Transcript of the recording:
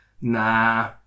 Nah